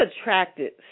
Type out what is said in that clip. attracted